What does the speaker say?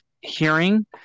hearing